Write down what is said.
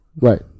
Right